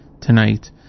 tonight